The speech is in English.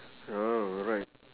oh right